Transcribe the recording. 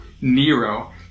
Nero